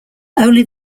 only